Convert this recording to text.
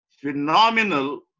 phenomenal